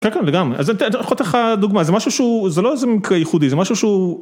‫כן, כן, וגם, אז אני אתן לך דוגמה, ‫זה לא איזה מקרה ייחודי, זה משהו שהוא...